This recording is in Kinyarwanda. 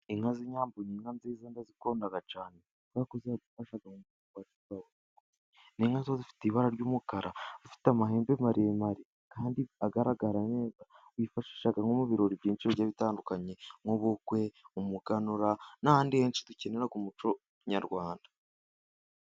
Inka z' inyambo n' inka nziza ndazikunda cyane kubera ko ziradufasha cyane zifite ibara ry' umukara, ifite amahembe maremare kandi agaragara neza, bazifashisha nko mu ibirori byinshi bigiye bitandukanye nk' ubukwe, umuganura n' ahandi henshi dukenera umuco nyarwanda.